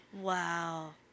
wow